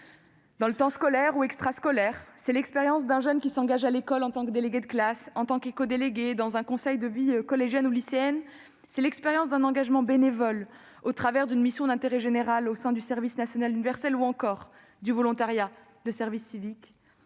dans le temps scolaire ou extrascolaire. C'est l'expérience d'un jeune qui s'engage à l'école en tant que délégué de classe, en tant qu'éco-délégué, dans un conseil de la vie collégienne ou dans un conseil de la vie lycéenne. C'est l'expérience d'un engagement bénévole au travers d'une mission d'intérêt général, dans le cadre du service national universel (SNU), du volontariat, du service civique